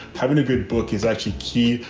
having a good book is actually key,